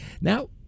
now